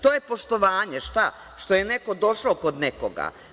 To je poštovanje, što je neko došao kod nekoga?